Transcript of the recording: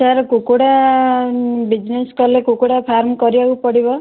sir କୁକୁଡ଼ା business କଲେ କୁକୁଡ଼ା ଫାର୍ମ କରିବାକୁ ପଡ଼ିବ